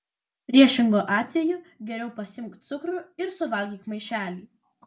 priešingu atveju geriau pasiimk cukrų ir suvalgyk maišelį